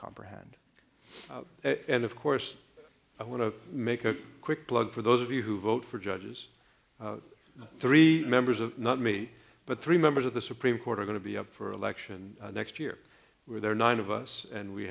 comprehend and of course i want to make a quick plug for those of you who vote for judges three members of not me but three members of the supreme court are going to be up for election next year where there are nine of us and we